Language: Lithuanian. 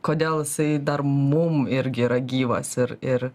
kodėl jisai dar mum irgi yra gyvas ir ir